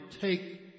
take